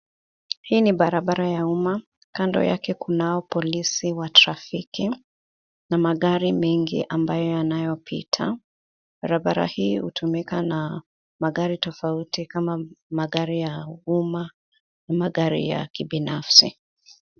Hii ni barabara ya umma, kando yake kunao polisi wa trafiki na magari mengi yanayopita. Barabara hii hutumika na magari tofauti kama magari ya umma ama magari ya kibinafsi.